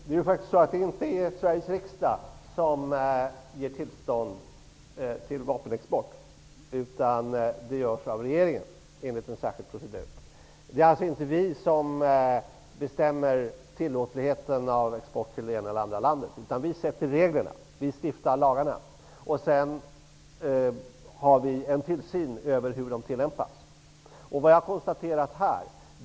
Herr talman! Det är ju inte Sveriges riksdag som ger tillstånd till vapenexport. Det görs av regeringen i en särskild procedur. Det är alltså inte vi som bestämmer tillåtligheten av export till det ena eller andra landet, men vi bestämmer reglerna. Vi stiftar lagarna. Sedan har vi tillsyn över hur de tillämpas.